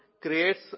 Creates